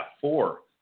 four